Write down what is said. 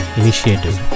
initiative